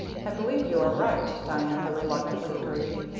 i believe you are right, diantha reluctantly agreed.